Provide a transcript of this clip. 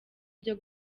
byo